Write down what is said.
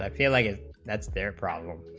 but feel like a that's their problem